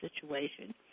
situation